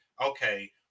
okay